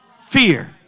Fear